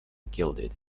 gilded